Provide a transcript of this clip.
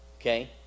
Okay